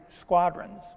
squadrons